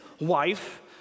wife